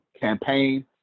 campaign